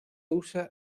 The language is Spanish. usa